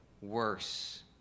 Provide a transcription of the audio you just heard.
worse